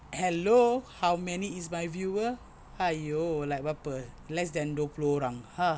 hello how many is my viewers !aiyo! like berapa less than dua puluh orang !huh!